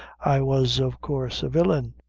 i was, of coorse, a villain.